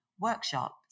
workshops